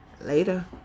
Later